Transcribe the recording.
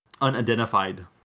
unidentified